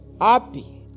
happy